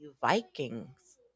Vikings